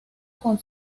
con